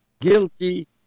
guilty